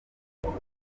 album